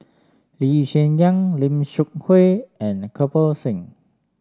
Lee Hsien Yang Lim Seok Hui and Kirpal Singh